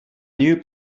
new